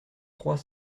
trois